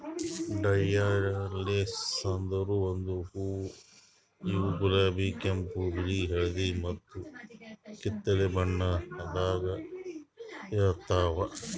dahlias ಅಂದುರ್ ಒಂದು ಹೂವು ಇವು ಗುಲಾಬಿ, ಕೆಂಪು, ಬಿಳಿ, ಹಳದಿ ಮತ್ತ ಕಿತ್ತಳೆ ಬಣ್ಣದಾಗ್ ಇರ್ತಾವ್